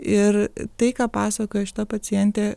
ir tai ką pasakoja šita pacientė